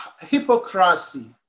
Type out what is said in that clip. hypocrisy